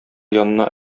янына